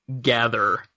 gather